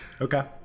Okay